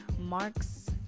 marks